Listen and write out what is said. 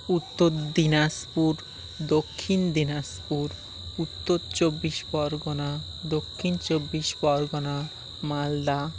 উত্তর দিনাজপুর দক্ষিণ দিনাজপুর উত্তর চব্বিশ পরগনা দক্ষিণ চব্বিশ পরগনা মালদা